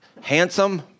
handsome